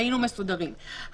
היינו מסודרים.